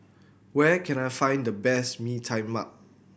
where can I find the best Mee Tai Mak